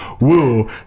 woo